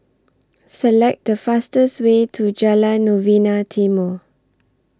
Select The fastest Way to Jalan Novena Timor